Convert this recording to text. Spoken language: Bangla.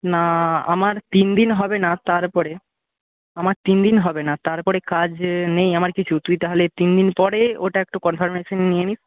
না আমার তিন দিন হবে না তারপরে আমার তিন দিন হবে না তারপরে কাজ নেই আমার কিছু তুই তাহলে তিন দিন পরে ওটা একটু কনফারমেশন নিয়ে নিস